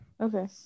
okay